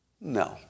No